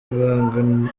ibanga